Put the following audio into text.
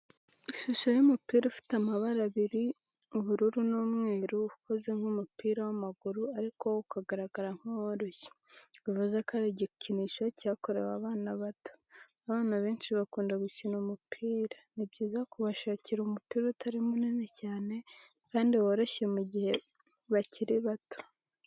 Ishusho y'umupira ufite amabara abiri ubururu n'umweru, ukoze nk'umupira w'amaguru ariko wo ugaragara nk'uworoshye bivuze ko ari igikinisho cyakorewe abana bato, abana benshi bakunda gukina umupira ni byiza kubashakira umupira utari munini cyane kandi woroshye mu gihe bakiri bato.